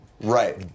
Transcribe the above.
right